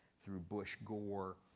through bush gore.